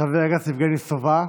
חבר הכנסת יבגני סובה,